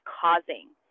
causing